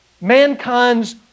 mankind's